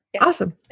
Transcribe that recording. Awesome